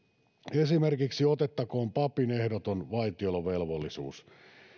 esimerkiksi otettakoon papin ehdoton vaitiolovelvollisuus